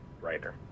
writer